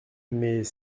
mais